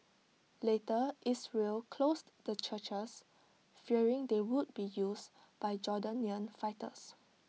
later Israel closed the churches fearing they would be used by Jordanian fighters